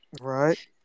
Right